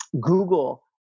Google